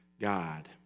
God